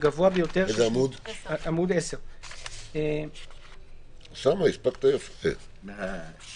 והוא עסק בתחום הפעילות הזאת 4